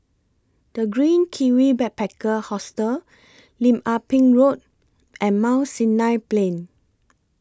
The Green Kiwi Backpacker Hostel Lim Ah Pin Road and Mount Sinai Plain